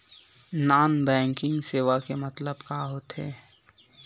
Non banking सेवा के मतलब का होथे?